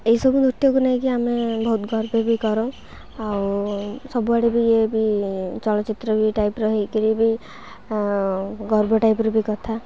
ଏଇସବୁ ନୃତ୍ୟକୁ ନେଇକି ଆମେ ବହୁତ ଗର୍ବ ବି କରୁ ଆଉ ସବୁଆଡ଼େ ବି ଇଏ ବି ଚଳଚ୍ଚିତ୍ର ବି ଟାଇପ୍ର ହେଇକରି ବି ଗର୍ବ ଟାଇପ୍ର ବି କଥା